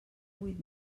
vuit